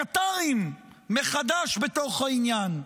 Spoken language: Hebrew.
הקטרים מחדש בתוך העניין.